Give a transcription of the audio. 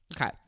Okay